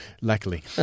luckily